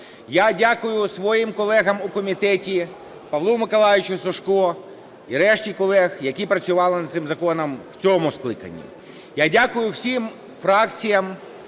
Я дякую своїм колегам у комітеті: Павлу Миколайовичу Сушку і решті колег, які працювали над цим законом в цьому скликанні. Я дякую всім фракціям,